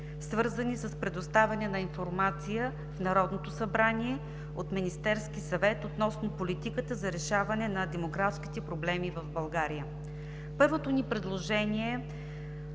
свързани с предоставяне на информация в Народното събрание от Министерския съвет относно политиката за решаване на демографските проблеми в България. Първото ни предложение е: